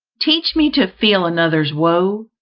teach me to feel another's woe,